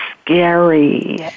scary